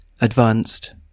Advanced